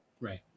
Right